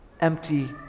empty